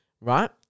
Right